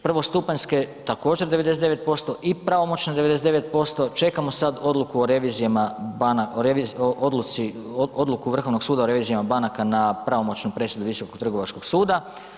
Prvostupanjske također 99% i pravomoćne 99%, čekamo sad odluku o revizijama banaka o odluci, odluku Vrhovnog suda o revizijama banaka na pravomoćnu presudu Visokog trgovačkog suda.